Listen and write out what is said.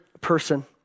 person